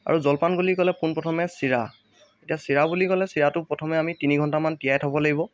আৰু জলপান বুলি ক'লে পোন প্ৰথমে চিৰা এতিয়া চিৰা বুলি ক'লে চিৰাটো প্ৰথমে আমি তিনি ঘণ্টামান তিয়াই থ'ব লাগিব